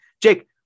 Jake